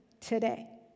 today